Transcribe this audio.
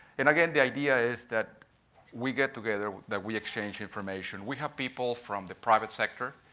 and again the idea is that we get together, that we exchange information, we have people from the private sector,